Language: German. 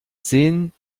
sehen